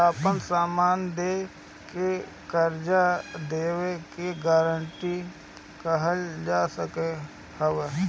आपन समान दे के कर्जा लेवे के गारंटी कहल जात हवे